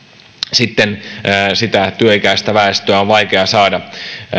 sitten sitä työikäistä väestöä on vaikea saada